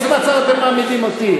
באיזה מצב אתם מעמידים אותי?